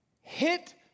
hit